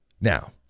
Now